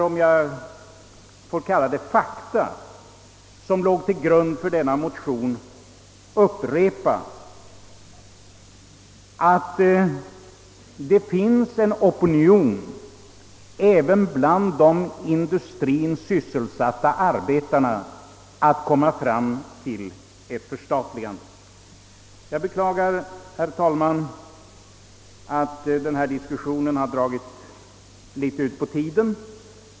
Utöver de fakta som legat till grund för motionen vill jag anföra att det finns en opinion även bland de i industrien sysselsatta arbetarna att få till stånd ett förstatligande. Jag beklagar, herr talman, att denna diskussion har dragit ut på tiden.